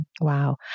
Wow